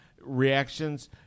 reactions